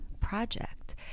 project